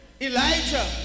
Elijah